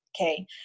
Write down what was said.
Okay